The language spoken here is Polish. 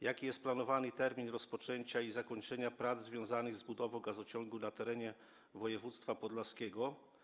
Jaki jest planowany termin rozpoczęcia i zakończenia prac związanych z budową gazociągu na terenie województwa podlaskiego?